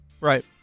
Right